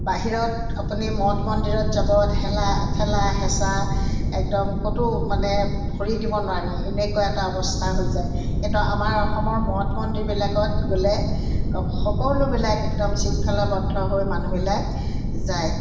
বাহিৰত আপুনি মঠ মন্দিৰত যাব ঠেলা ঠেলা হেঁচা একদম ক'তো মানে ভৰি দিব নোৱাৰি এনেকুৱা এটা অৱস্থা হৈ যায় কিন্তু আমাৰ অসমৰ মঠ মন্দিৰবিলাকত গ'লে অ সকলোবিলাক একদম শৃংখলাবদ্ধ হৈ মানুহবিলাক যায়